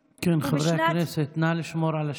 כן, חברי הכנסת, נא לשמור על השקט.